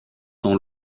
ton